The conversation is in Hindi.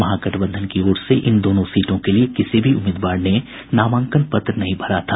महागठबंधन की ओर से इन दोनों सीटों के लिये किसी भी उम्मीदवार ने नामांकन पत्र नहीं भरा था